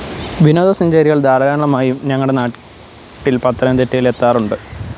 വിനോദസഞ്ചാരികള് ധാരാളമായും ഞങ്ങളുടെ നാട്ടില് പത്തനംതിട്ടയിൽ എത്താറുണ്ട്